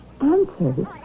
Answers